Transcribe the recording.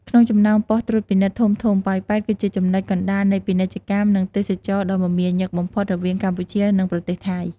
ក្នុងចំណោមប៉ុស្តិ៍ត្រួតពិនិត្យធំៗ ប៉ោយប៉ែត គឺជាចំណុចកណ្តាលនៃពាណិជ្ជកម្ម និងទេសចរណ៍ដ៏មមាញឹកបំផុតរវាងកម្ពុជា និងប្រទេសថៃ។